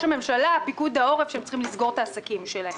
הממשלה ופיקוד העורף שהם צריכים לסגור את העסקים שלהם.